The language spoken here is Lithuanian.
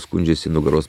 skundžiasi nugaros